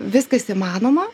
viskas įmanoma